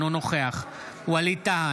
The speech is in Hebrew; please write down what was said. אינו נוכח ווליד טאהא,